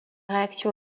réaction